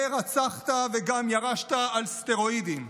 זה "הרצחת וגם ירשת" על סטרואידים.